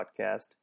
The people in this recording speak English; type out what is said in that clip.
podcast